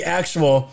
actual